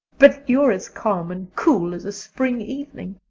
but you're as calm and cool as a spring evening.